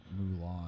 Mulan